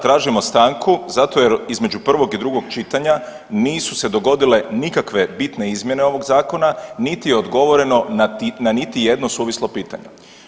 Tražimo stanku zato jer između prvog i drugog čitanja nisu se dogodile nikakve bitne izmjene ovog zakona niti odgovoreno na niti jedno suvislo pitanje.